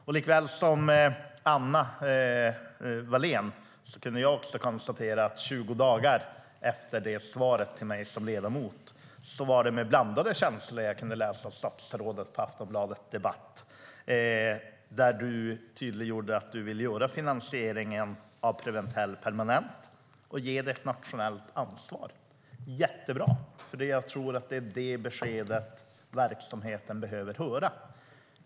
Precis som Anna Wallén kunde även jag, 20 dagar efter det svaret till mig, med blandade känslor läsa det som statsrådet skrev på Aftonbladet Debatt, där hon tydliggjorde att hon ville göra finansieringen av Preventell permanent och ge den ett nationellt ansvar. Det är jättebra. Jag tror att det är detta besked som verksamheten behöver höra.